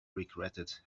regretted